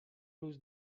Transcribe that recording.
روز